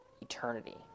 eternity